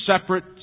separate